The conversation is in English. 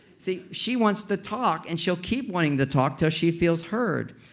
see, she wants to talk and she'll keep wanting to talk til she feels heard.